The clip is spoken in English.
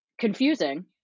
Confusing